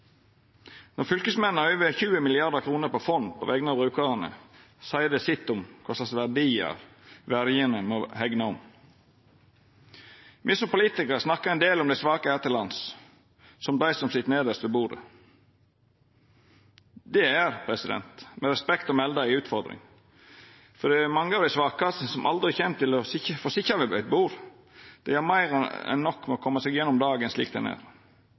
Når fylkesmennene har over 20 mrd. kr i fond på vegner av brukarane, seier det sitt om kva slags verdiar verjene må hegna om. Me som politikarar snakkar ofte om dei svake her til lands som dei som sit nedst ved bordet. Det er, med respekt å melda, ei utfordring, for det er mange av dei svakaste som aldri kjem til å få sitja ved eit bord. Dei har meir enn nok med å koma seg gjennom dagen slik han er.